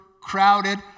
crowded